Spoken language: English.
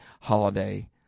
holiday